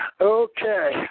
okay